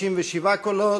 97 קולות,